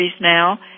now